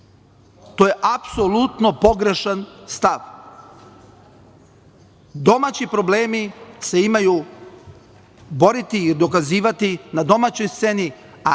To je apsolutno pogrešan stav. Domaći problemi se imaju boriti i dokazivati na domaćoj sceni,